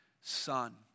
son